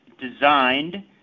designed